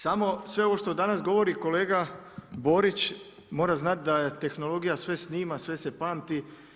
Samo sve ovo što danas govori kolega Borić, mora znati da tehnologija sve snima, sve se pamti.